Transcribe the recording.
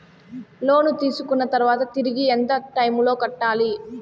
లోను తీసుకున్న తర్వాత తిరిగి ఎంత టైములో కట్టాలి